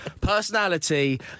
personality